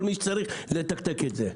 כל מי שצריך ולתקתק את זה.